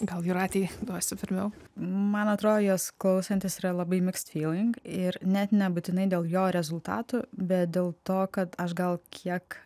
gal jūratei duosi pirmiau man atrodo jos klausantis yra labai miksd fyling ir net nebūtinai dėl jo rezultatų bet dėl to kad aš gal kiek